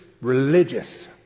religious